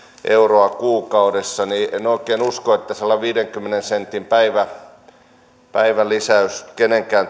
euroa kuukaudessa niin en oikein usko että sellainen viidenkymmenen sentin päivälisäys kenenkään